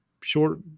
short